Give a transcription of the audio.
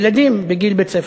ילדים בגיל בית-ספר.